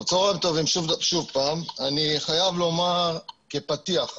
אני חייב לומר כפתיח,